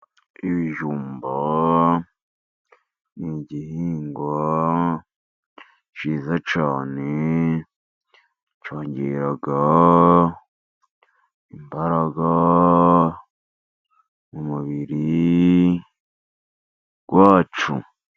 Ibijumba ni igihingwa cyiza cyane cyongera imbaraga mu mubiri wacu.